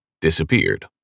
disappeared